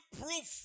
proof